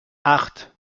acht